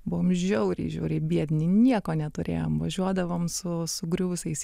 buvom žiauriai žiauriai biedni nieko neturėjom važiuodavom su sugriuvusiais